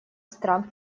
стран